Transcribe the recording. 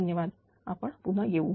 धन्यवाद आपण पुन्हा येऊ